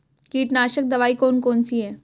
कीटनाशक दवाई कौन कौन सी हैं?